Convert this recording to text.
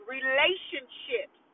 relationships